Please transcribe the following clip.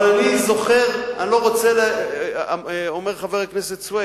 אבל אני זוכר, אומר חבר הכנסת סוייד,